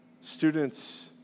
Students